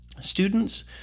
students